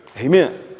amen